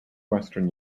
western